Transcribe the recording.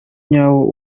nyawo